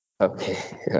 okay